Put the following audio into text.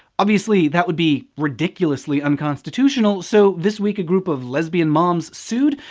obviously that would be ridiculously unconstitutional, so this week a group of lesbian moms sued,